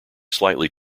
slightly